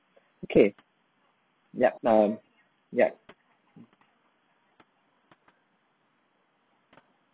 okay yup um yup